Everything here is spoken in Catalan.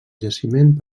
jaciment